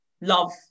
love